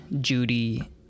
Judy